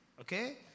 okay